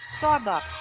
Starbucks